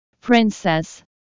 Princess